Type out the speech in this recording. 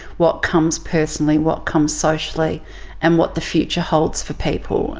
what comes personally, what comes socially and what the future holds for people,